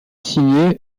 signée